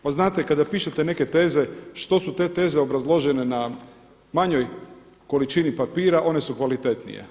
Pa znate, kada pišete neke teze što su te teze obrazložene na manjoj količini papira one su kvalitetnije.